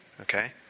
okay